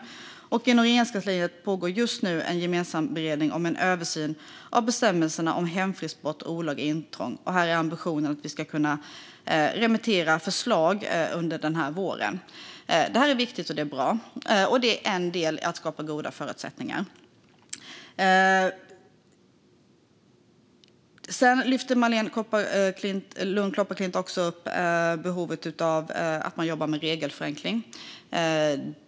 Inom Regeringskansliet pågår just nu en gemensam beredning gällande en översyn av bestämmelserna om hemfridsbrott och olaga intrång. Här är ambitionen att vi ska kunna remittera förslag under våren. Detta är viktigt och bra, och det är en del i att skapa goda förutsättningar. Sedan lyfter Marléne Lund Kopparklint också upp behovet av att jobba med regelförenkling.